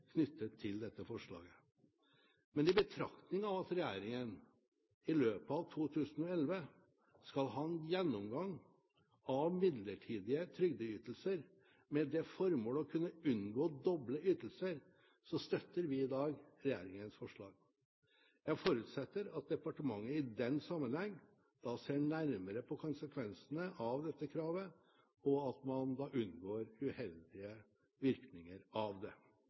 knyttet til dette forslaget. Men tatt i betraktning at regjeringen i løpet av 2011 skal ha en gjennomgang av midlertidige trygdeytelser med det formål å unngå doble ytelser, støtter vi i dag regjeringens forslag. Jeg forutsetter at departementet i den sammenheng ser nærmere på konsekvensene av dette kravet, og at man unngår uheldige virkninger av det.